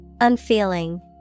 Unfeeling